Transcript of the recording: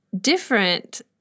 different